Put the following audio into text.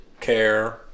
care